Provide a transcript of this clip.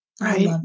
Right